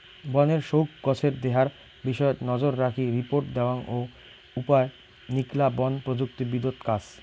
বনের সউগ্ গছের দেহার বিষয়ত নজররাখি রিপোর্ট দ্যাওয়াং ও উপায় নিকলা বন প্রযুক্তিবিদত কাজ